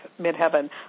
midheaven